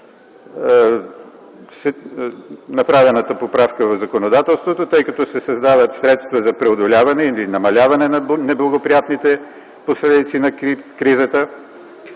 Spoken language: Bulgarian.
направената поправка в законодателството, тъй като се създават средства за преодоляване или намаляване на неблагоприятните последици на кризата,